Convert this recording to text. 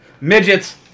midgets